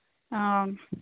అవును